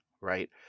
right